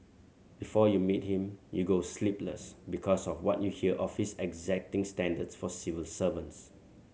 before you meet him you go sleepless because of what you hear of his exacting standards for civil servants